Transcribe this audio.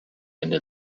into